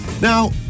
Now